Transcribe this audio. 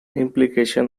implication